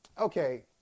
Okay